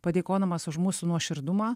padėkodamas už mūsų nuoširdumą